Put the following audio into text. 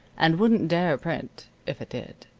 and wouldn't dare print if it did.